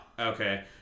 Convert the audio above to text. Okay